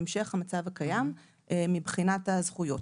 המשך המצב הקיים מבחינת הזכויות,